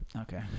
Okay